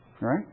Right